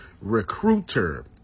Recruiter